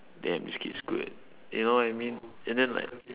damn this kid's good you know what I mean and then like